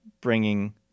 bringing